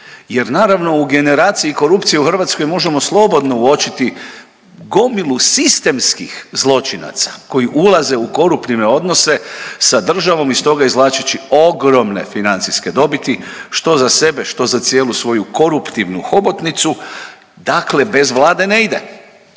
Jer naravno, u generaciji korupcije u Hrvatskoj možemo slobodno uočiti gomilu sistemskih zločinaca koji ulaze u koruptivne odnose sa državom, iz toga izvlačeći ogromne financijske dobiti, što za sebe, što za cijelu svoju koruptivnu hobotnicu. Dakle, bez Vlade ne ide.